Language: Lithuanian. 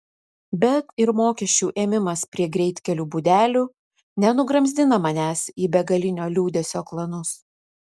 bet ir mokesčių ėmimas prie greitkelių būdelių nenugramzdina manęs į begalinio liūdesio klanus